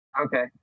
Okay